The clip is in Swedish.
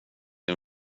din